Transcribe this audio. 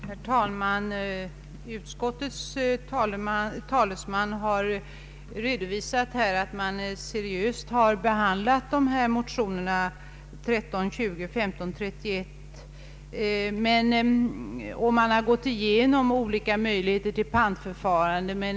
Herr talman! Utskottets talesman har redovisat att utskottet seriöst har behandlat motionerna 1: 1320 och II: 1531 och gått igenom olika möjligheter till ett pantförfarande.